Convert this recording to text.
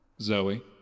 Zoe